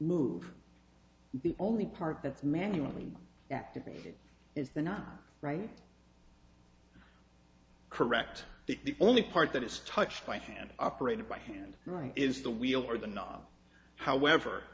move the only part that's manually activated is the not right correct the only part that is touched by hand operated by hand is the wheel or the knob however